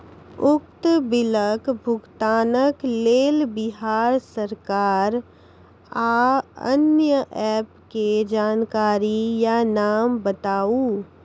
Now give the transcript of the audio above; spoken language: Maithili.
उक्त बिलक भुगतानक लेल बिहार सरकारक आअन्य एप के जानकारी या नाम बताऊ?